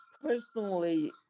personally